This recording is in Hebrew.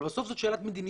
אבל בסוף זאת שאלת מדיניות,